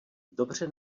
dobře